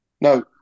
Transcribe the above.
No